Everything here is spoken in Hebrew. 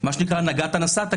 מה שנקרא "נגעת נסעת",